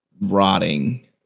rotting